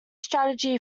strategy